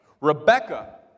Rebecca